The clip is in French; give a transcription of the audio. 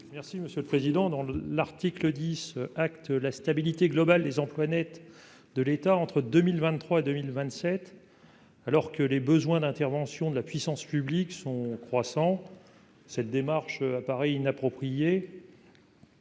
Merci monsieur le président, dans l'article 10 la stabilité globale des emplois nets de l'État entre 2023 2027 alors que les besoins d'intervention de la puissance publique sont croissant cette démarche à Paris inappropriée.